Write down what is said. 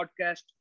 podcast